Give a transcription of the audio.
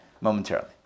momentarily